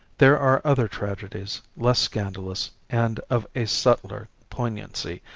there are other tragedies, less scandalous and of a subtler poignancy,